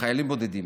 חיילים בודדים,